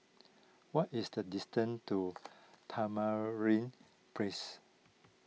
what is the distance to Tamarind Place